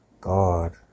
God